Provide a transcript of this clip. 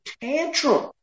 tantrum